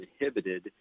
inhibited